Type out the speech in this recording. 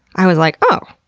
i was like, oh,